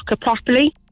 properly